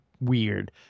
weird